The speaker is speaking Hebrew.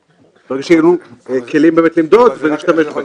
--- ברגע שיהיו לנו כלים באמת למדוד אז נשתמש בהם.